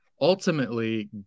ultimately